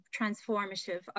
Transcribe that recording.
transformative